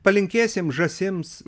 palinkėsim žąsims